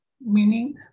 meaning